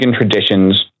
traditions